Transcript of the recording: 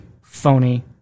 phony